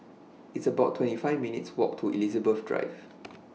It's about twenty five minutes' Walk to Elizabeth Drive